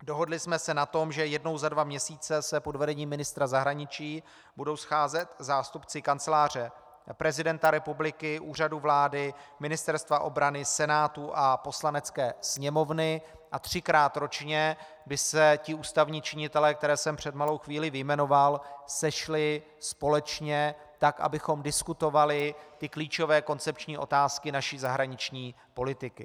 Dohodli jsme se na tom, že jednou za dva měsíce se pod vedením ministra zahraničí budou scházet zástupci Kanceláře prezidenta republiky, Úřadu vlády, Ministerstva obrany, Senátu a Poslanecké sněmovny a třikrát ročně by se ti ústavní činitelé, které jsem před malou chvílí vyjmenoval, sešli společně, tak abychom diskutovali klíčové koncepční otázky naší zahraniční politiky.